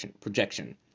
projection